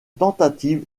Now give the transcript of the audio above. tentative